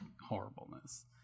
horribleness